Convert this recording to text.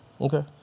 Okay